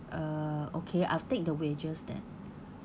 uh okay I'll take the wedges then